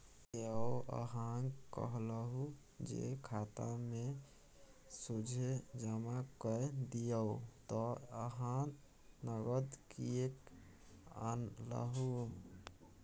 यौ अहाँक कहलहु जे खातामे सोझे जमा कए दियौ त अहाँ नगद किएक आनलहुँ